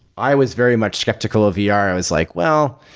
i was very much skeptical of yeah ah vr. i was like, well,